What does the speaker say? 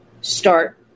start